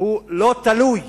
הוא לא עניין תלוי